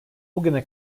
bugüne